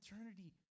eternity